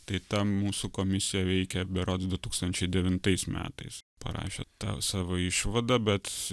tai ta mūsų komisija veikė berods du tūkstančiai devintais metais parašė tą savo išvadą bet